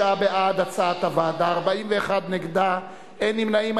59 בעד הצעת הוועדה, 41 נגדה, אין נמנעים.